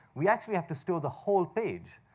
we actually have to store the whole page.